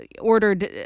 ordered